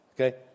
Okay